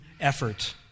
effort